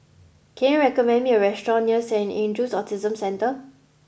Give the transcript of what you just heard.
can you recommend me a restaurant near Saint Andrew's Autism Centre